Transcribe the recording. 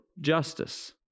justice